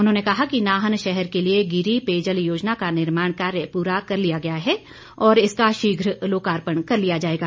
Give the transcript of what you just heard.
उन्होंने कहा कि नाहन शहर के लिए गिरी पेयजल योजना का निर्माण कार्य पूरा कर लिया गया है और इसका शीघ्र लोकार्पण कर लिया जाएगा